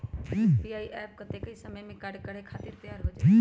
UPI app कतेइक समय मे कार्य करे खातीर तैयार हो जाई?